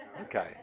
Okay